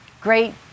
Great